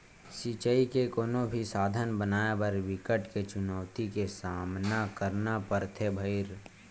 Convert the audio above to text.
सिचई के कोनो भी साधन बनाए बर बिकट के चुनउती के सामना करना परथे भइर